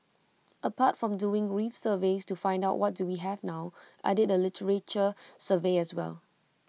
apart from doing reef surveys to find out what do we have now I did A literature survey as well